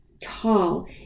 tall